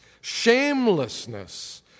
Shamelessness